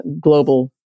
global